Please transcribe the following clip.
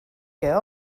que